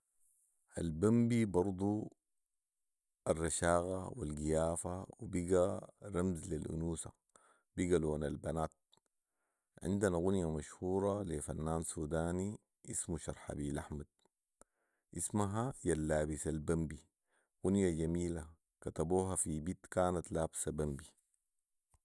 البمبي برضو الرشاقه والقيافه وبقي رمز للانوثه بقي لون البنات عندنا غنيه مشهوره لي فنان سوداني اسمه شرحبيل احمد اسمها يا اللابس البمبي غنيه جميله كتبوها في بت كانت لابسه بمبي